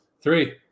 Three